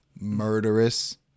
murderous